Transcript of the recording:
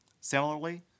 Similarly